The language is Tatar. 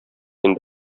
инде